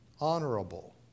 honorable